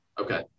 Okay